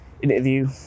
Interview